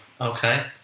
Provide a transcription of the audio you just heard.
Okay